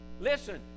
listen